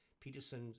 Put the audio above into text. Peterson